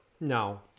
No